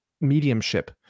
mediumship